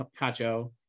Cacho